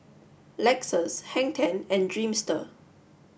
Lexus Hang Ten and Dreamster